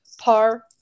par